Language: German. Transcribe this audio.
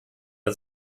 der